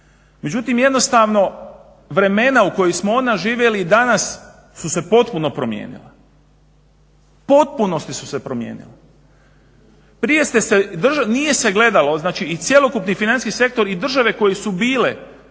Međutim jednostavno vremena u kojim smo onda živjeli danas su se potpuno promijenila, u potpunosti su se promijenila. Prije se nije gledalo i cjelokupni financijski sektor i države koje su bile